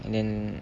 and then